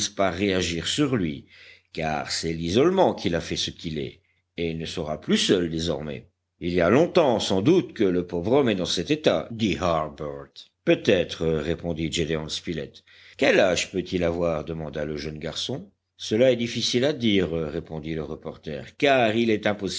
par réagir sur lui car c'est l'isolement qui l'a fait ce qu'il est et il ne sera plus seul désormais il y a longtemps sans doute que le pauvre homme est en cet état dit harbert peut-être répondit gédéon spilett quel âge peut-il avoir demanda le jeune garçon cela est difficile à dire répondit le reporter car il est